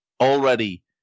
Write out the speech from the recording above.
already